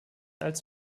als